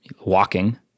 walking